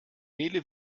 nele